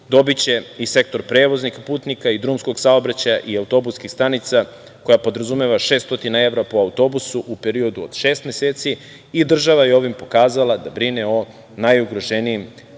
dobiće i sektor prevoza putnika i drumskog saobraćaja i autobuskih stanica koja podrazumeva 600 evra po autobusu u periodu od šest meseci. Država je ovim pokazala da brine o najugroženijim privrednim